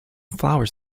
flowers